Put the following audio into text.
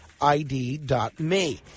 ID.me